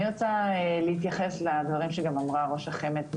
אני רוצה להתייחס לדברים שגם אמרה ראש החמ"ד,